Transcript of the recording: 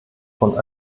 von